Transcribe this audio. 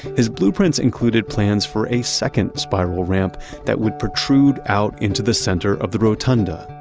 his blueprints included plans for a second spiral ramp that would protrude out into the center of the rotunda.